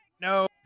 No